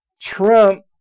Trump